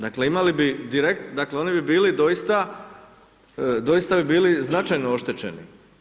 Dakle, imali bi direkt, dakle, oni bi bili doista, doista bi bili značajno oštećeni.